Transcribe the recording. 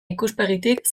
ikuspegitik